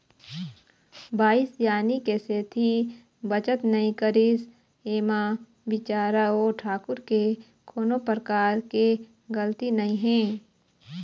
बाई सियानी के सेती बचत नइ करिस ऐमा बिचारा ओ ठाकूर के कोनो परकार के गलती नइ हे